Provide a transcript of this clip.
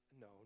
No